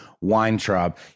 Weintraub